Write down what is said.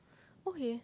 okay